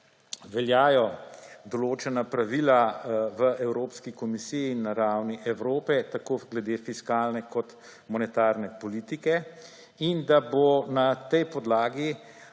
veljajo določena pravila v Evropski komisiji in na ravni Evrope tako glede fiskalne kot monetarne politike in da bo na tej podlagi